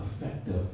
effective